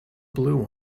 blue